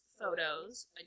photos